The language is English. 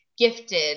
gifted